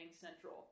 Central